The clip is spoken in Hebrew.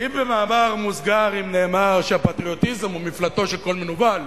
אם במאמר מוסגר נאמר שהפטריוטיזם הוא מפלטו של כל מנוול,